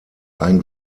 ein